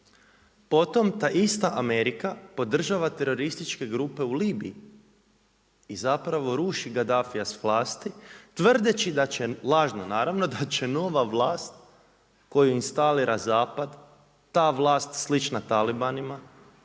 Potom ta ista Amerika podržava terorističke grupe u Libiji i zapravo ruši Gaddafia sa vlasti tvrdeći da će, lažno naravno, da će nova vlast koju instalira zapad, ta vlast slična talibanima